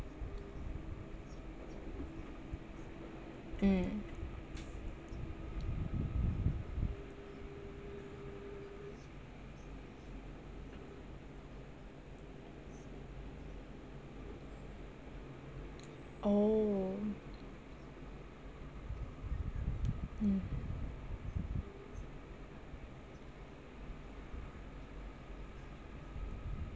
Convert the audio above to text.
mm oh mm